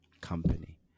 company